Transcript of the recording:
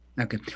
Okay